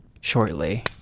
shortly